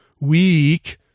weak